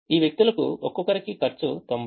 ఈ వ్యక్తులకు ఒక్కొక్కరికి ఖర్చు 90